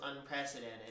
unprecedented